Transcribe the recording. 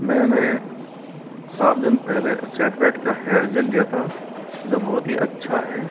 मैंने सात दिन पहले सेटवेट का हेयर जेल लिया था जो बहुत ही अच्छा है